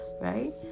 Right